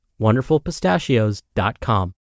WonderfulPistachios.com